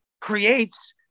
creates